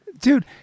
Dude